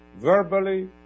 verbally